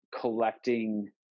collecting